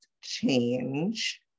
change